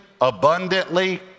abundantly